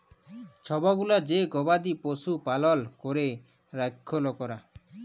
ছব গুলা যে গবাদি পশু পালল ক্যরে রাখ্যে লকরা